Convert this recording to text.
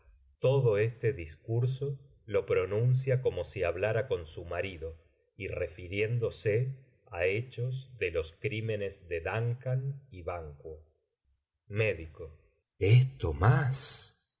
xodo este discurso lo pronuncia como si hablara con su marido y refiriéndose á heclios de los crímenes de duncan y banquo esto más